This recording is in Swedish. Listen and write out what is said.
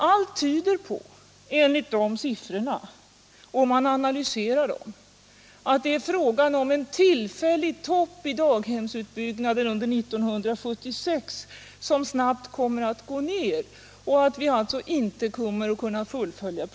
Vid en analys av de siffrorna tyder allt på att det är fråga om en tillfällig topp i daghemsutbyggnaden under 1976, att den snabbt kommer att gå ned och att programmet alltså inte kommer att kunna fullföljas.